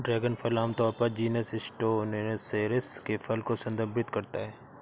dragon फल आमतौर पर जीनस स्टेनोसेरेस के फल को संदर्भित करता है